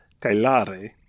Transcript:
kailare